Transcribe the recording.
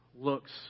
looks